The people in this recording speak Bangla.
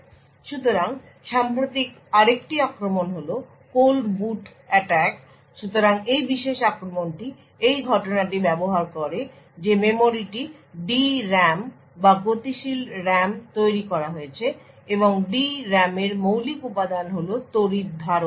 সুতরাং সাম্প্রতিক আরেকটি আক্রমণ হল কোল্ড বুট অ্যাটাক সুতরাং এই বিশেষ আক্রমণটি এই ঘটনাটি ব্যবহার করে যে মেমরিটি D RAM বা গতিশীল RAM তৈরি করা হয়েছে এবং D RAM এর মৌলিক উপাদান হল তড়িৎ ধারক